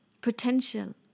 potential